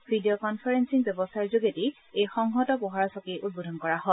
video conferencing ব্যৱস্থাৰ যোগেদি এই সংহত পহৰা চকী উদ্বোধন কৰা হয়